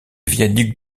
viaduc